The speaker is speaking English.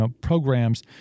programs